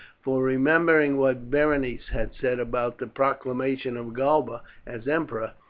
for remembering what berenice had said about the proclamation of galba as emperor,